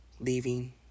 leaving